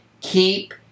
keep